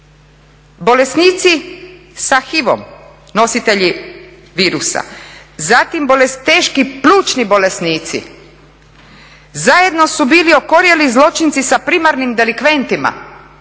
bolesnici sa HIV-om, nositelji virusa, zatim teški plućni bolesnici. Zajedno su bili okorjeli zločinci sa primarnim delikventima.